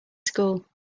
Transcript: school